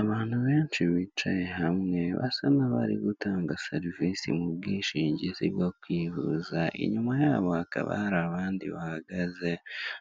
Abantu benshi bicaye hamwe, basa nk'abari gutanga serivisi mu bwishingizi bwo kwivuza, inyuma yabo hakaba hari abandi bahagaze,